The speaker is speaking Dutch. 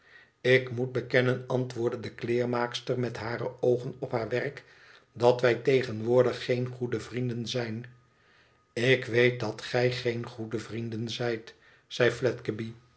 ik moet bekennen antwoordde de kleermaakster met hare oogen op haar werk tdat wij tegenwoordig geen goede vrienden zijn ik weet dat gij geen goede vrienden zijt zei